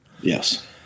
Yes